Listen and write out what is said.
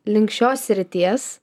link šios srities